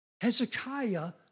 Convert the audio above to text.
Hezekiah